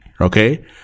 okay